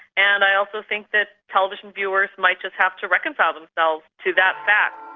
and i also think that television viewers might just have to reconcile themselves to that fact.